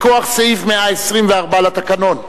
מכוח סעיף 124 לתקנון: